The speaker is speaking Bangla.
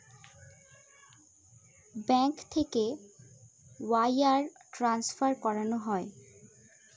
ব্যাঙ্ক থেকে ওয়াইর ট্রান্সফার করানো হয়